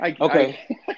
Okay